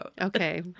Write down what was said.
Okay